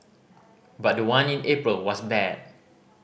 but the one in April was bad